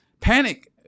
panic